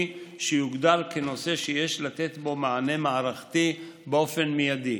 שיוגדר כנושא שיש לתת בו מענה מערכתי באופן מיידי.